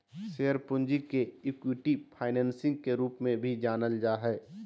share पूंजी के equity financing के रूप में भी जानल जा हइ